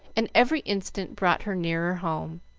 and every instant brought her nearer home.